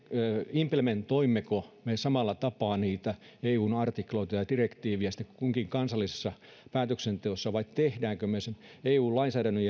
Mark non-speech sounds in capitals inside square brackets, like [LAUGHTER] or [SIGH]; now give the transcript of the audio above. implementoimmeko me samalla tapaa niitä eun artikloita ja direktiivejä kunkin kansallisessa päätöksenteossa vai teemmekö me sen eun lainsäädännön [UNINTELLIGIBLE]